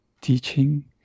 teaching